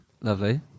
Lovely